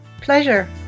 Pleasure